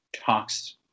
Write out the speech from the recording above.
talks